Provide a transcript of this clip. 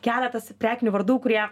keletas prekinių vardų kurie